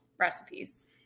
recipes